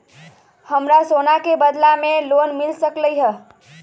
हमरा सोना के बदला में लोन मिल सकलक ह?